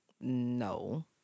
no